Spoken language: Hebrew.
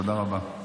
תודה רבה.